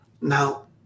Now